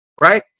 right